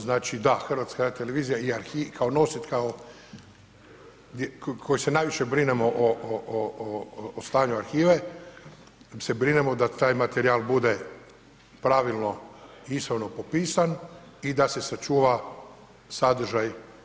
Znači da, HRT i kao, koji se najviše brinemo o stanju arhive, se brinemo da taj materijal bude pravilno i ispravno popisan i da se sačuva sadržaj.